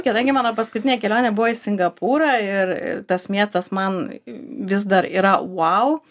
kadangi mano paskutinė kelionė buvo ir singapūrą ir tas miestas man vis dar yra vau